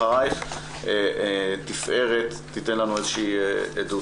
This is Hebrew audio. אחריך תפארת תיתן לנו עדות.